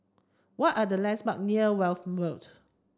what are the lands marks near Welm Road